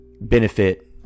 benefit